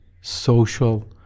social